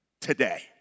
today